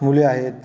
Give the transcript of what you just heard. मुले आहेत